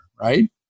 right